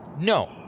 No